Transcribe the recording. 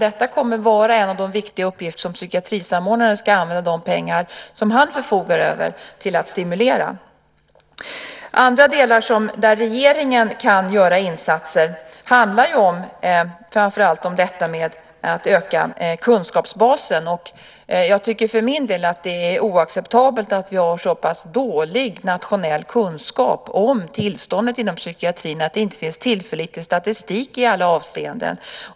Detta kommer att vara en av de viktiga uppgifter som psykiatrisamordnaren ska använda de pengar som han förfogar över till att stimulera. Andra delar där regeringen kan göra insatser handlar framför allt om detta med att öka kunskapsbasen. Jag tycker för min del att det är oacceptabelt att vi har så pass dålig nationell kunskap om tillståndet inom psykiatrin att det inte finns tillförlitlig statistik i alla avseenden.